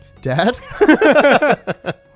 Dad